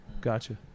Gotcha